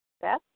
Beth